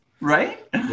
Right